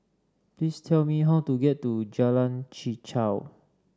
please tell me how to get to Jalan Chichau